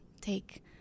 take